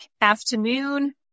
afternoon